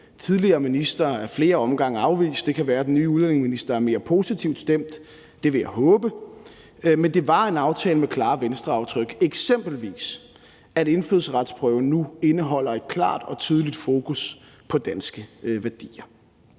tidligere minister ad flere omgange afviste. Det kan være, at den nye udlændingeminister er mere positivt stemt; det vil jeg håbe. Men det var en aftale med klare Venstreaftryk, eksempelvis at indfødsretsprøven nu indeholder et klart og tydeligt fokus på danske værdier.